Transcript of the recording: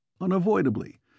Unavoidably